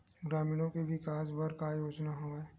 ग्रामीणों के विकास बर का योजना हवय?